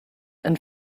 and